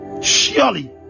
surely